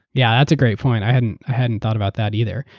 yeah, that's a great point. i hadn't hadn't thought about that either.